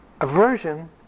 aversion